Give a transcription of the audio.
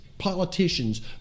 politicians